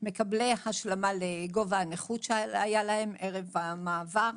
מקבלי השלמה לגובה הנכות שהיה להם ערב המעבר,